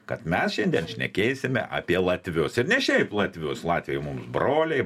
kad mes šiandien šnekėsime apie latvius ir ne šiaip latvius latviai mums broliai